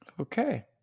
Okay